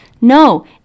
No